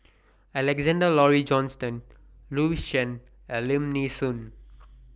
Alexander Laurie Johnston Louis Chen and Lim Nee Soon